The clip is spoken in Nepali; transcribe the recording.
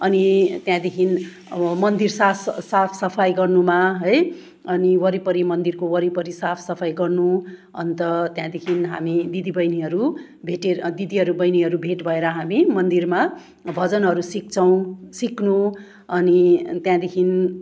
अनि त्यहाँदेखि अब मन्दिर साफ सफाई गर्नुमा है अनि वरिपरि मन्दिरको वरिपरि साफ सफाई गर्नु अन्त त्यहाँदेखि हामी दिदी बहिनीहरू भेटेँ दिदीहरू बहिनीहरू भेट भएर हामी मन्दिरमा भजनहरू सिक्छौँ सिक्नु अनि त्यहाँदेखिन